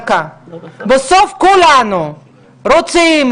בסוף כולנו רוצים,